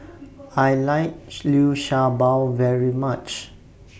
I like Liu Sha Bao very much